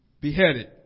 Beheaded